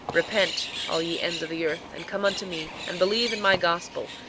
repent all ye ends of the earth, and come unto me, and believe in my gospel,